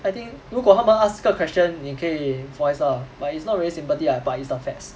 I think 如果他们 ask 这个 question 你可以 voice lah but it's not really sympathy ah but it's the facts